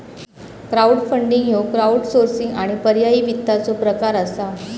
crowdfunding ह्यो crowdsourcing आणि पर्यायी वित्ताचो प्रकार असा